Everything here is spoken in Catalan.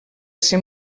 ser